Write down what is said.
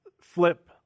flip